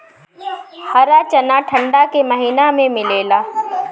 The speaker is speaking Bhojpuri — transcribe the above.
हरा चना ठंडा के महिना में मिलेला